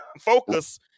focus